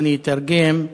ואני אתרגם,